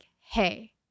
hey